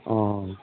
ہاں